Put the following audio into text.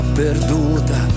perduta